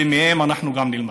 ומהם אנחנו גם נלמד.